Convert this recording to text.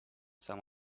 some